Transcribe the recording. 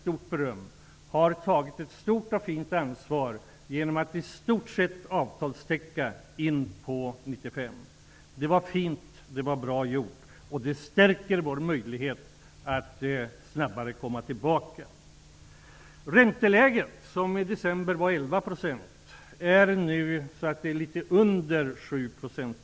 Parterna har tagit ett stort ansvar genom att teckna avtal som i stort sett sträcker sig in på 1995. Det vill jag ge dem ett stort beröm för, därför att det stärker möjligheterna att snabbare komma tillbaka. Det var fint gjort. Räntan, som i december var 11 % är nu något under 7 %.